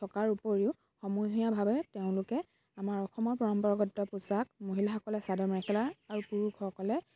থকাৰ উপৰিও সমূহীয়াভাৱে তেওঁলোকে আমাৰ অসমৰ পৰম্পৰাগত পোচাক মহিলাসকলে চাদৰ মেখেলা আৰু পুৰুষসকলে